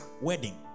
wedding